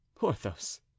Porthos